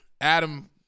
Adam